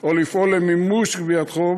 או לפעול למימוש גביית חוב,